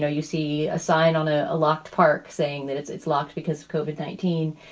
know, you see a sign on a locked park saying that it's it's locked because of koven nineteen.